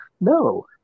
no